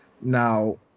Now